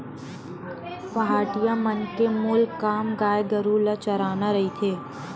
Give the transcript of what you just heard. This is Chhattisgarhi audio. पहाटिया मन के मूल काम गाय गरु ल चराना रहिथे